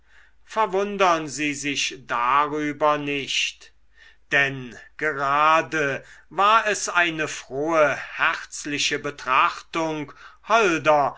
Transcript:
verwundern sie sich darüber nicht denn gerade war es eine frohe herzliche betrachtung holder